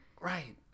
Right